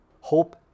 hope